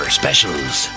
specials